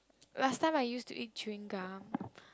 last time I use to eat chewing gum